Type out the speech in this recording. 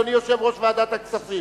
אדוני יושב-ראש ועדת הכספים,